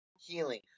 healing